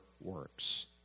works